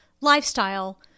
lifestyle